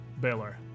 Baylor